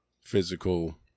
physical